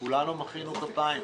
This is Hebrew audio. - כולנו מחאנו כפיים.